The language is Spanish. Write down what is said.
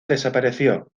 desapareció